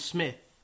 Smith